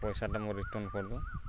ପଇସାଟା ମୁଇଁ ରିଟର୍ଣ୍ଣ୍ କରିଦଉନ୍